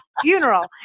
funeral